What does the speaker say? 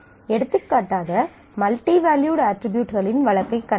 எடுத்துக்காட்டாக multi valued அட்ரிபியூட்களின் வழக்கைக் கண்டோம்